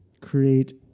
create